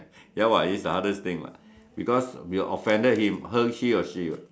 ya what this is the hardest thing what because we offended he or she what